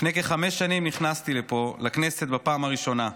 לפני כחמש שנים נכנסתי לפה, לכנסת, בפעם הראשונה.